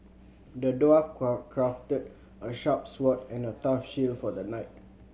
the dwarf crafted a sharp sword and a tough shield for the knight